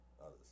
others